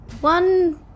one